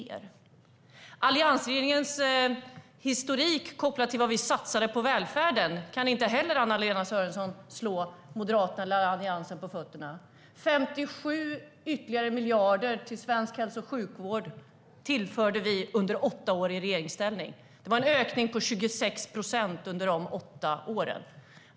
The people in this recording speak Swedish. När det gäller Alliansregeringens historik, kopplad till vad vi satsade på välfärden, kan Anna-Lena Sörenson inte heller slå Moderaterna eller Alliansen på fingrarna. 57 ytterligare miljarder till svensk hälso och sjukvård tillförde vi under åtta år i regeringsställning. Det var en ökning på 26 procent under de åtta åren.